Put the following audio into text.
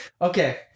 Okay